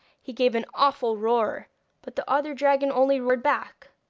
he gave an awful roar but the other dragon only roared back.